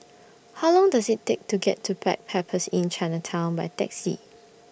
How Long Does IT Take to get to Backpackers Inn Chinatown By Taxi